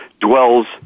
dwells